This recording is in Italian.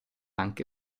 anche